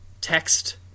text